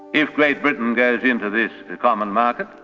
if great britain goes into this common market,